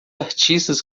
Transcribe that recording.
artistas